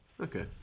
Okay